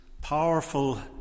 powerful